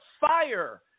fire